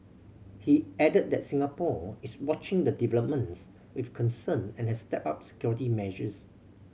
he added that Singapore is watching the developments with concern and has stepped up security measures